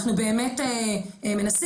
אנחנו באמת מנסים,